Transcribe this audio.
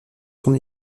son